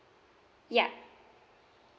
ya